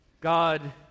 God